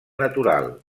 natural